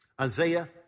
Isaiah